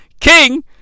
king